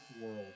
world